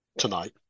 tonight